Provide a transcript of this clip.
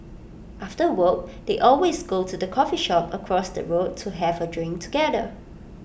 after work they always go to the coffee shop across the road to have A drink together